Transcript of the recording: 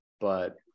But-